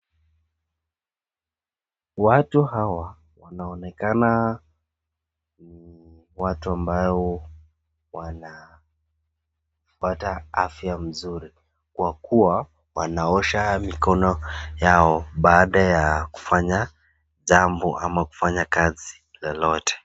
Watu hawa wanaonekana watu ambao wanapata afya mzuri kwa kuwa wanaosha mikono yao baada ya kufanya jambo ama kufanya kazi lolote.